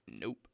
nope